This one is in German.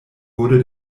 wurde